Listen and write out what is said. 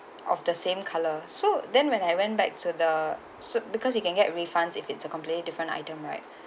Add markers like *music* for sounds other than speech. of the same colour so then when I went back to the sui~ because you can get refunds if it's a completely different item right *breath*